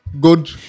good